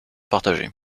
partagées